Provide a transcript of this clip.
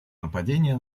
нападения